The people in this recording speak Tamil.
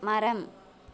மரம்